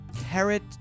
Carrot